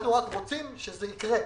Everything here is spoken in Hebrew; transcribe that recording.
אנחנו רק רוצים שזה יקרה.